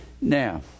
now